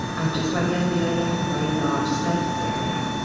and just like the alveoli, have very large surface area.